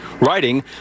writing